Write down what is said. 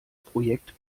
projekt